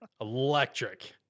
Electric